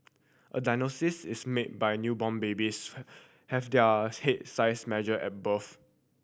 a diagnosis is made by newborn babies have their head size measured at birth